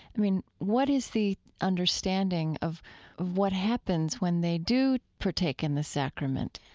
i mean, what is the understanding of of what happens when they do partake in the sacrament?